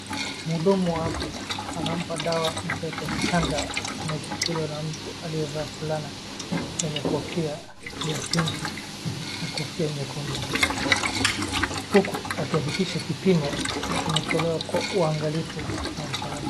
Mhudumu wa afya anampa dawa mtoto mchanga, ameshikiliwa na mtu aliyevaa fulana yenye kofia ya pinki na kofia nyekundu uku akihakikisha kipimo kinatolewa kwa uangalifu na usalama.